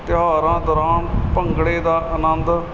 ਤਿਉਹਾਰਾਂ ਦੌਰਾਨ ਭੰਗੜੇ ਦਾ ਆਨੰਦ